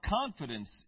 confidence